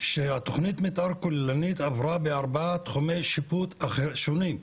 שהתכנית מתאר הכוללנית עברה בארבעת תחומי שיפוט שונים,